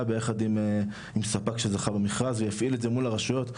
ביחד עם ספק שזכה במכרז ויפעיל את זה מול הרשויות.